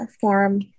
form